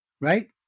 right